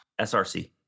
SRC